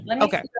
Okay